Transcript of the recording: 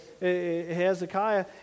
Hezekiah